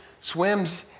swims